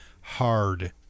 hard